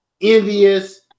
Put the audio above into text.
envious